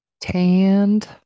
Tanned